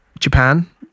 japan